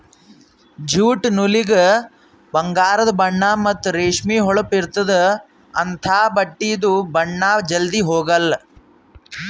jute ನೂಲಿಗ ಬಂಗಾರದು ಬಣ್ಣಾ ಮತ್ತ್ ರೇಷ್ಮಿ ಹೊಳಪ್ ಇರ್ತ್ತದ ಅಂಥಾ ಬಟ್ಟಿದು ಬಣ್ಣಾ ಜಲ್ಧಿ ಹೊಗಾಲ್